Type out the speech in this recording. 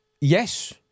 yes